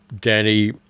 Danny